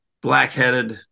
black-headed